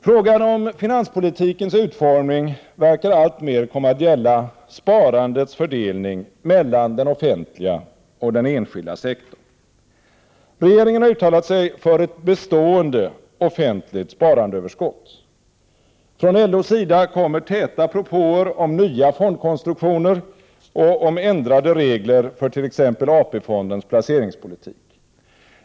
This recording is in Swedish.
Frågan om finanspolitikens utformning verkar alltmer komma att gälla sparandets fördelning mellan den offentliga och den enskilda sektorn. Regeringen har uttalat sig för ett bestående offentligt sparandeöverskott. Från LO:s sida kommer täta propåer om nya fondkonstruktioner och om ändrade regler för t.ex. AP-fondens placeringspolitik.